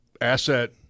asset